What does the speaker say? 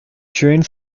during